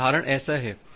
तो उदाहरण ऐसा है